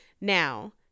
now